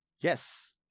Yes